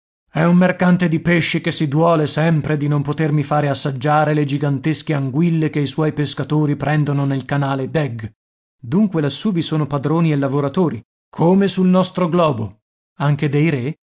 è un mercante di pesce che si duole sempre di non potermi fare assaggiare le gigantesche anguille che i suoi pescatori prendono nel canale d'eg dunque lassù vi sono padroni e lavoratori come sul nostro globo anche dei re